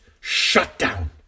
shutdown